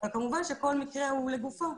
אבל כמובן שכל מקרה הוא לגופו.